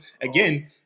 again